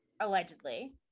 allegedly